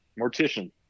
Mortician